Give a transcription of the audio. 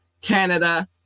Canada